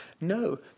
No